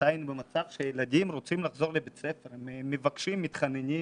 מתי היינו במצב שילדים רוצים לחזור לבית ספר?! הם מבקשים ומתחננים.